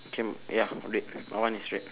K m~ ya red my one is red